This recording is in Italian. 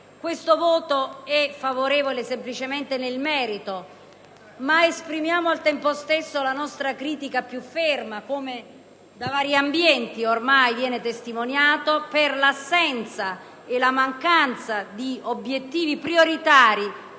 nostro voto è favorevole nel merito. Esprimiamo, infatti, nel contempo la nostra critica più ferma, come da vari ambienti ormai viene testimoniato, per l'assenza e la mancanza di obiettivi prioritari